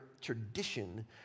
tradition